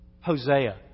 Hosea